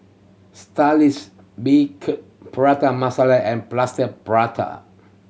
Saltish Beancurd Prata Masala and Plaster Prata